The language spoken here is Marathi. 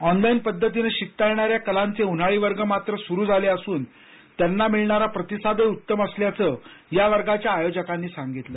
ऑनलाईन पद्धतीनं शिकता येणाऱ्या कलांचे उन्हाळी वर्ग मात्र सुरु झाले असून त्यांना मिळणारा प्रतिसादही उत्तम असल्याचं या वर्गाच्या आयोजकांनी सांगितलं